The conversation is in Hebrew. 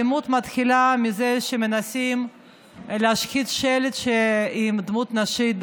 האלימות מתחילה מזה שמנסים להשחית שלט עם דמות נשית,